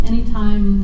Anytime